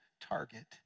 target